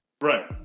Right